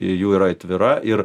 jų yra atvira ir